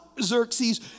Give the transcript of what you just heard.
Xerxes